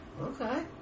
Okay